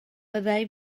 byddai